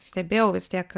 stebėjau vis tiek